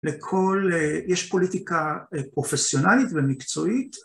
לכל, יש פוליטיקה פרופסיונלית ומקצועית.